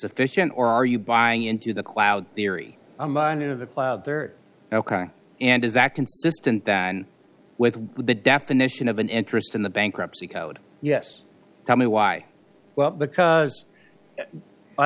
sufficient or are you buying into the cloud theory and if they're ok and is that consistent than with the definition of an interest in the bankruptcy code yes tell me why well because i